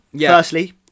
firstly